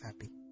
happy